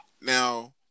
now